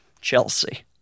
Chelsea